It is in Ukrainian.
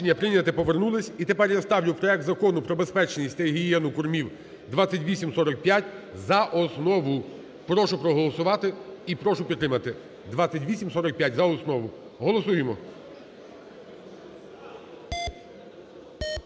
Прошу проголосувати і прошу підтримати 2845 за основу, голосуємо.